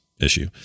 issue